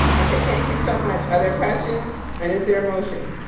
okay, thank you so much. are there questions and is there a motion.